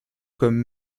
comme